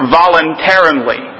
voluntarily